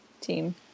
team